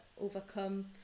overcome